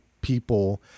people